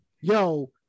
yo